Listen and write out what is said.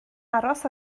aros